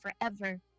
forever